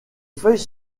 feuilles